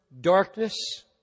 Darkness